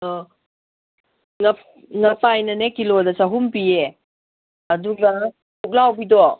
ꯑꯧ ꯄꯨꯂꯞ ꯉꯄꯥꯏꯅꯅꯦ ꯀꯤꯂꯣꯗ ꯆꯥꯍꯨꯝ ꯄꯤꯌꯦ ꯑꯗꯨꯒ ꯄꯨꯛꯂꯥꯎꯕꯤꯗꯣ